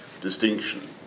distinction